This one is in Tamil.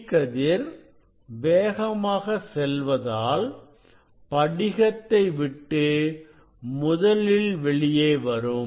E கதிர் வேகமாக செல்வதால் படிகத்தை விட்டு முதலில் வெளியே வரும்